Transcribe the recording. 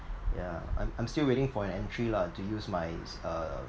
yeah I'm I'm still waiting for an entry lah to use my uh